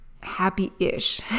Happy-ish